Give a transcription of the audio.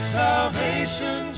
salvation